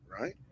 right